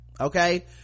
okay